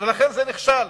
ולכן זה נכשל.